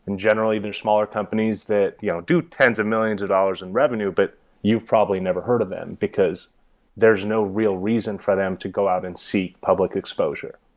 and generally, there are smaller companies that you know do tens of millions of dollars in revenue, but you've probably never heard of them because there's no real reason for them to go out and seek public exposure.